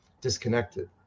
disconnected